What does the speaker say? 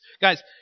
Guys